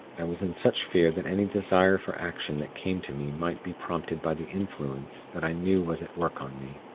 i was in such fear that any desire for action that came to me might be prompted by the influence that i knew was at work on me.